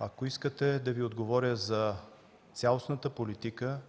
ако искате да Ви отговоря за цялостната политика